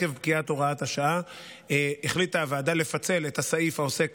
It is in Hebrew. עקב פקיעת תקנות שעת החירום החליטה הוועדה לפצל את הסעיף העוסק